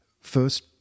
first